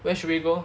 where should we go